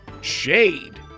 shade